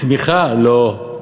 צמיחה, לא,